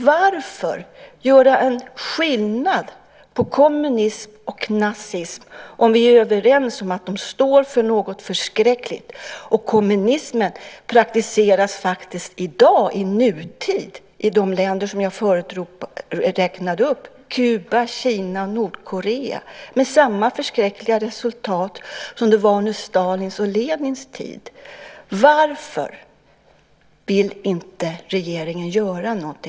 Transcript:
Varför göra en skillnad på kommunism och nazism om vi är överens om att de står för något förskräckligt? Kommunismen praktiseras i dag i nutid i de länder jag förut räknade upp: Kuba, Kina och Nordkorea, med samma förskräckliga resultat som det var under Stalins och Lenins tid. Varför vill inte regeringen göra något?